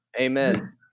Amen